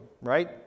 right